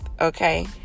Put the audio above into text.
Okay